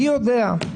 מי יודע.